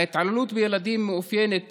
ההתעללות בילדים מאופיינת